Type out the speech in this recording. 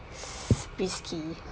risky